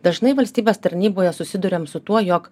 dažnai valstybės tarnyboje susiduriam su tuo jog